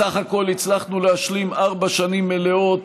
בסך הכול הצלחנו להשלים ארבע שנים מלאות,